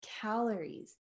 calories